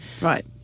Right